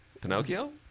Pinocchio